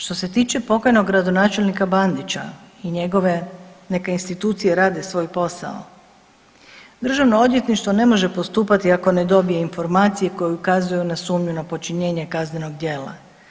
Što se tiče pokojnog gradonačelnika Bandića i njegove, neka institucije rade svoj posao, državno odvjetništvo ne može postupati ako ne dobije informacije koje ukazuju na sumnju na počinjenje kaznenog djela.